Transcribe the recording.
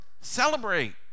Celebrate